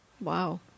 Wow